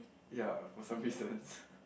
ya for some reasons